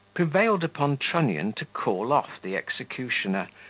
prevailed upon trunnion to call off the executioner,